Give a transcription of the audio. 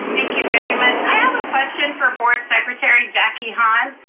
thank you very much. i have a question for board secretary jackie hann.